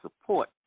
support